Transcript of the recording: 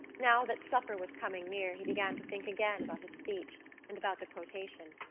now that supper was coming near he began to think again about his speech and about the quotation.